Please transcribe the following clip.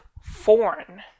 foreign